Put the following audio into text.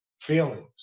feelings